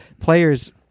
players